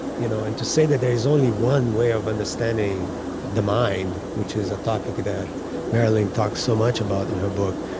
you know and to say that there is only one way of understanding the mind, which is a topic that marilynne talks so much about in her book,